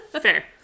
Fair